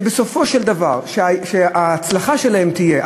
שבסופו של דבר ההצלחה שלהם תהיה,